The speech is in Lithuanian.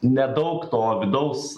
nedaug to vidaus